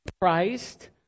Christ